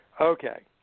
Okay